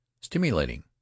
Stimulating